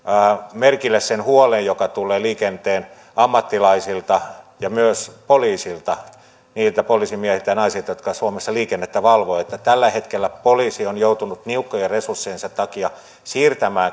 merkille sen huolen joka tulee liikenteen ammattilaisilta ja myös poliisilta niiltä poliisimiehiltä ja naisilta jotka suomessa liikennettä valvovat että tällä hetkellä poliisi on joutunut niukkojen resurssiensa takia siirtämään